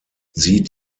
sie